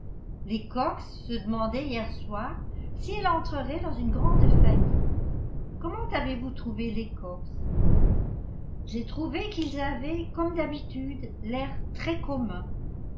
les cox se demandaient hier soir si elle entrerait dans une grande famille comment avez-vous trouvé les cox j'ai trouvé qu'ils avaient comme d'habitude l'air très commun